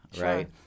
right